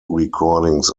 recordings